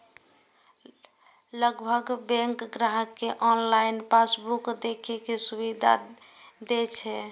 लगभग हर बैंक ग्राहक कें ऑनलाइन पासबुक देखै के सुविधा दै छै